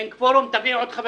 אני כבר לא ישנה בלילות,